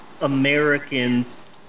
Americans